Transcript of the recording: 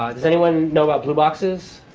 does anyone know about blue boxes?